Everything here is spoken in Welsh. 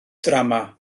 drama